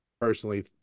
personally